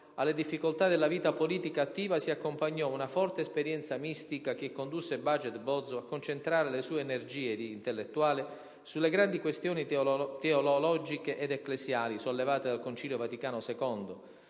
alle difficoltà della vita politica attiva si accompagnò una forte esperienza mistica che condusse Baget Bozzo a concentrare la sue energie di intellettuale sulle grandi questioni teologiche ed ecclesiali sollevate dal Concilio Vaticano II,